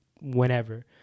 whenever